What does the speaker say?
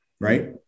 right